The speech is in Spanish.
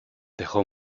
dejó